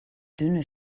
dünne